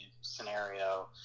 scenario